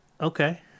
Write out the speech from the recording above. Okay